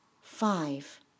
Five